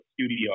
studio